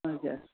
हजुर